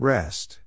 Rest